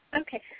Okay